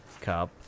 Cup